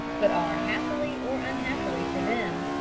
but are, happily or unhappily for them,